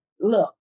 look